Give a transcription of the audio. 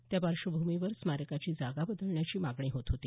त्या पार्श्वभूमीवर स्मारकाची जागा बदण्याची मागणी होत होती